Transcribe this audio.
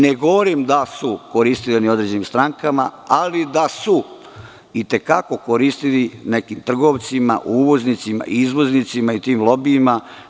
Ne govorim da su koristile ni određenim strankama, ali da su i te kako koristile nekim trgovcima, uvoznicima, izvoznicima i tim lobijima.